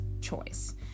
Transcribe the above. choice